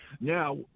Now